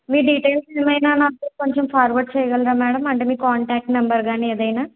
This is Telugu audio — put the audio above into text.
మీ డీటెయిల్స్ ఏమైనా నాకు కొంచెం ఫోర్వర్డ్ చెయ్యగలరా మేడం అంటే మీ కాంటాక్ట్ నెంబర్ కానీ ఏదైనా